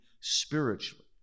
spiritually